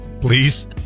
Please